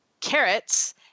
carrots